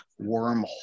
wormhole